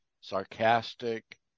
sarcastic